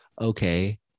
okay